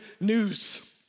news